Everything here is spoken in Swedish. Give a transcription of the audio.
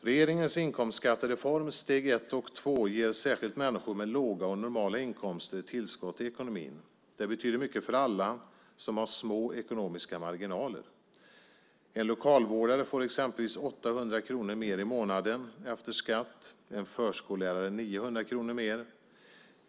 Regeringens inkomstskattereform steg ett och två ger särskilt människor med låga och normala inkomster tillskott i ekonomin. Det betyder mycket för alla som har små ekonomiska marginaler. En lokalvårdare får exempelvis 800 kronor mer i månaden efter skatt och en förskollärare 900 kronor mer.